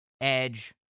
Edge